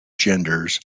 genders